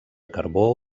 carbó